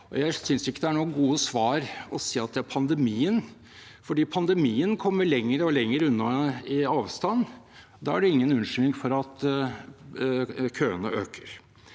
Jeg synes ikke det er noe godt svar å si at det er pandemien, for pandemien kommer lenger og lenger unna i avstand. Da er det ingen unnskyldning for at køene øker.